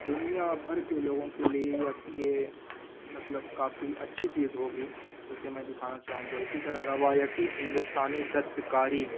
دنیا بھر کے لوگوں کے لیے یہ مطلب کافی اچھی چیز ہوگی جسے میں دکھانا چاہوں گا اسی طرح روایتی ہندوستانی دستکاری